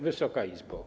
Wysoka Izbo!